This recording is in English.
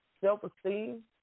self-esteem